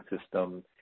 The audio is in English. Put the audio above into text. system